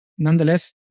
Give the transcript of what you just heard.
Nonetheless